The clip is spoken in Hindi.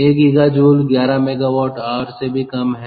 1 GJ 11 MWH से भी कम है